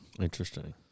Interesting